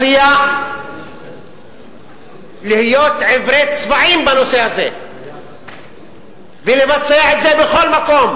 ואני מציע להיות עיוורי צבעים בנושא הזה ולבצע את זה בכל מקום